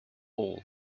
all